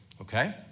okay